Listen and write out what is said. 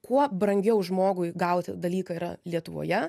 kuo brangiau žmogui gauti dalyką yra lietuvoje